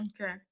Okay